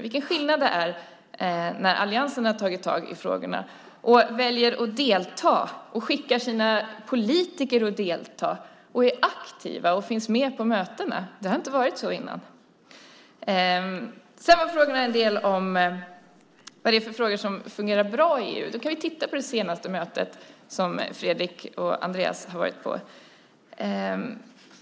Vilken skillnad det är när alliansen har tagit tag i frågorna, väljer att delta och skickar sina politiker att delta och vara aktiva på mötena! Det har inte varit så innan. Sedan handlade det en del om vilka frågor som fungerar bra i EU. Då kan vi titta på det senaste mötet som Fredrik och Andreas var på.